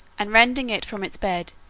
and rending it from its bed,